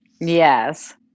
Yes